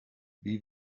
wie